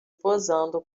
posando